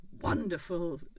wonderful